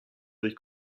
durch